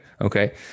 Okay